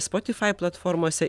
spotyfai platformose